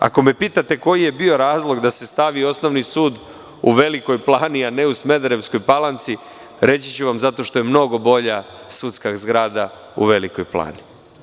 Ako me pitate koji je bio razlog da se stavi Osnovni sud u Velikoj Plani, a ne u Smederevskoj Palanci, reći ću vam zato što je mnogo bolja sudska zgrada u Velikoj Plani.